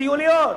טיוליות,